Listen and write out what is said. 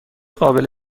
قابل